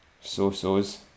so-sos